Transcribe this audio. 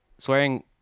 Swearing